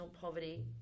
poverty